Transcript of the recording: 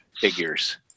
figures